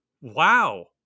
wow